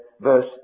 verse